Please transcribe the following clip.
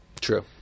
True